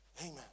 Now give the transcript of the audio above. Amen